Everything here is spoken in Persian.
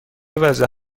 وضع